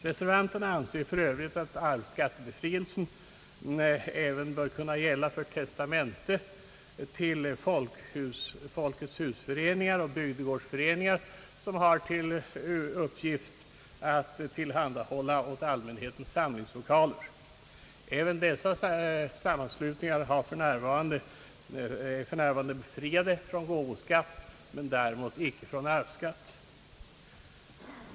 Reservanterna anser för övrigt att arvsskattebefrielse även bör kunna gälla för testamente till folketshusföreningar, bygdegårdsföreningar och liknande sammanslutningar, som har till uppgift att tillhandahålla allmänheten samlingslokaler. Även dessa sammanslutningar är för närvarande befriade från gåvoskatt men däremot inte från arvsskatt.